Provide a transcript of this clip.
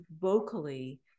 vocally